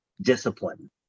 discipline